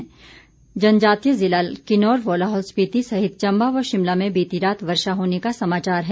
जबकि जनजातीय जिला किन्नौर व लाहुल स्पिति सहित चम्बा व शिमला में बीती रात वर्षा होने का समाचार है